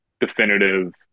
definitive